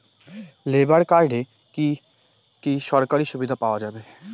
Labour কার্ডে কি কি সরকারি সুবিধা পাওয়া যাবে?